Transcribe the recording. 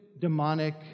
demonic